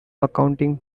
accounting